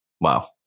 Wow